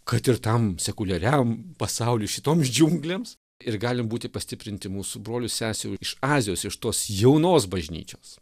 kad ir tam sekuliariam pasauliui šitoms džiunglėms ir galim būti pastiprinti mūsų brolių sesių iš azijos iš tos jaunos bažnyčios